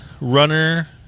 Runner